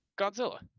Godzilla